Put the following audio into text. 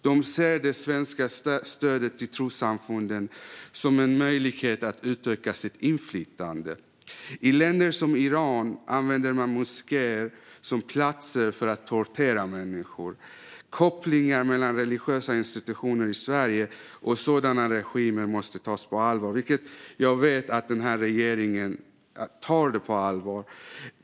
De ser det svenska stödet till trossamfunden som en möjlighet att utöka sitt inflytande. I länder som Iran använder man moskéer som platser för att tortera människor. Kopplingar mellan religiösa institutioner i Sverige och sådana regimer måste tas på allvar - vilket jag vet att denna regering gör.